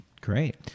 Great